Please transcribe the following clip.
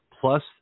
plus